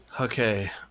Okay